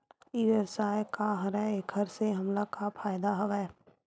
ई व्यवसाय का हरय एखर से हमला का फ़ायदा हवय?